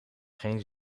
geen